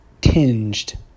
tinged